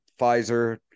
Pfizer